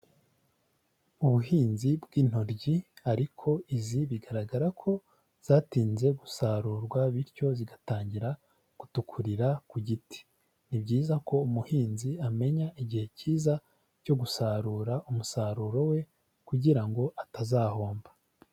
Ubuhinzi bw'intoryi ariko izi bigaragara ko zatinze gusarurwa, bityo zigatangira gutukurira ku giti, ni byiza ko umuhinzi amenya igihe cyiza cyo gusarura umusaruro we kugira ngo atazahomba.